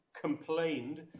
complained